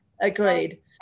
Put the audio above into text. agreed